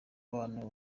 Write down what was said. abantu